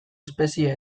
espezie